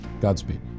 Godspeed